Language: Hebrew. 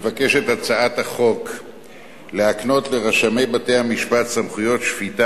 מבקשת הצעת החוק להקנות לרשמי בתי-משפט סמכויות שפיטה